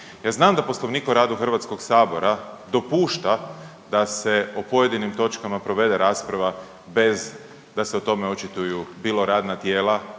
Ja znam da Poslovnik o radu HS-u dopušta da se o pojedinim točkama provede rasprava bez da se o tome očituju, bilo radna tijela,